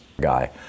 guy